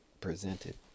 presented